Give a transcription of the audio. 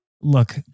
look